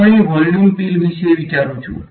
હું અહીં volume pill વિશે વિચારું છું